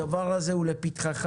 הדבר הזה הוא לפתחך,